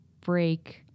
break